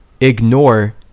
ignore